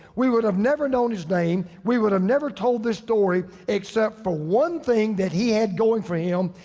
we would have never known his name, we would have never told this story except for one thing that he had going for him.